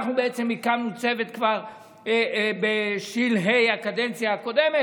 אנחנו בעצם הקמנו צוות כבר בשלהי הקדנציה הקודמת,